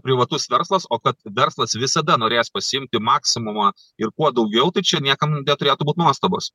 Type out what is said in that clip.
privatus verslas o kad verslas visada norės pasiimti maksimumą ir kuo daugiau tai čia niekam neturėtų būt nuostabos